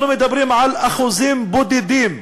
אנחנו מדברים על אחוזים בודדים,